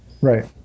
right